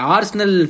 Arsenal